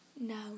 Now